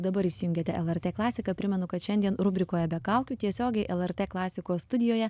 dabar įsijungiatė lrt klasiką primenu kad šiandien rubrikoje be kaukių tiesiogiai lrt klasikos studijoje